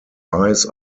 eyes